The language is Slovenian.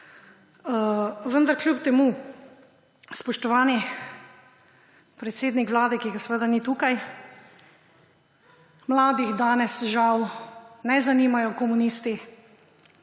Vendar kljub temu, spoštovani predsednik Vlade, ki ga seveda ni tukaj, mladih danes, žal, ne zanimajo komunisti